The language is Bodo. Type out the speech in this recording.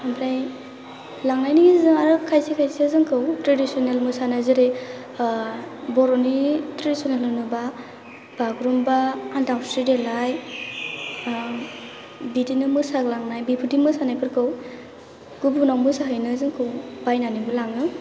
ओमफ्राय लांनायनि गेजेरजों आरो खायसे खायसे जोंखौ थ्रेदिसनेल मोसानो जेरै बर'नि थ्रेदिसनेल होनोबा बागुरुम्बा दाउस्रि देलाय बिदिनो मोसाग्लांनाय बिबादि मोसानायफोरखौ गुबुनाव मोसाहैनो जोंखौ बायनानैबो लाङो